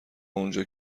اونجا